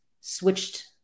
switched